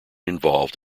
involved